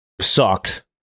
sucked